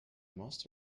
most